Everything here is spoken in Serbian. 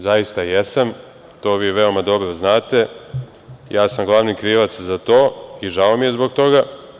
Zaista jesam, to vi veoma dobro znate, ja sam glavni krivac za to i žao mi je zbog toga.